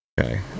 Okay